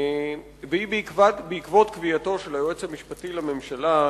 והיא בעקבות קביעתו של היועץ המשפטי לממשלה,